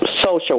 Social